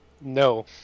No